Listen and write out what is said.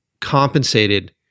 compensated